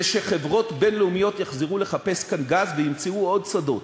זה שחברות בין-לאומיות יחזרו לחפש כאן גז וימצאו עוד שדות.